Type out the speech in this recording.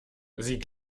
sie